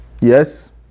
Yes